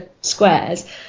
squares